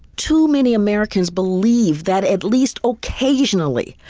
too many americans believe that, at least occasionally,